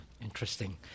interesting